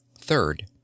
Third